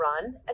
run